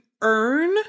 earn